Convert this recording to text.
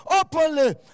openly